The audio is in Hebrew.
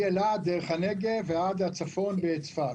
מאילת דרך הנגב ועד צפת בצפון.